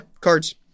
cards